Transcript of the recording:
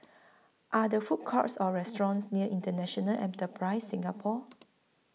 Are There Food Courts Or restaurants near International Enterprise Singapore